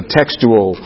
textual